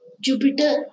Jupiter